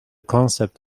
concept